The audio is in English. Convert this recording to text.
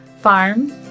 farm